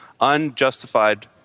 unjustified